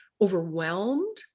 overwhelmed